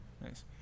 Nice